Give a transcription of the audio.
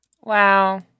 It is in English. Wow